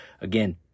again